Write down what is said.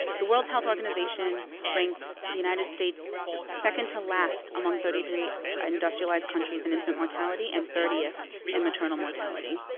the world health organization ranks the united states second-to-last among thirty three industrialized countries in infant mortality and thirtieth in maternal mortality.